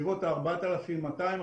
בסביבות ה-4,600-4,200.